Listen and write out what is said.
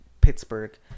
Pittsburgh